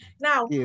Now